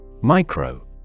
Micro